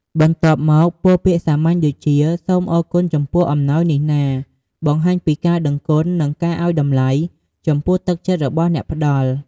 បន្ទាប់មក ពោលពាក្យពេចន៍សាមញ្ញដូចជា “សូមអរគុណចំពោះអំណោយនេះណា!” បង្ហាញពីការដឹងគុណ និងការឲ្យតម្លៃចំពោះទឹកចិត្តរបស់អ្នកផ្ដល់។